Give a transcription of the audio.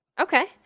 Okay